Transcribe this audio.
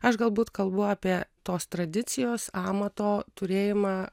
aš galbūt kalbu apie tos tradicijos amato turėjimą